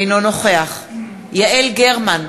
אינו נוכח יעל גרמן,